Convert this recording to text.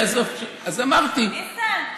ניסן,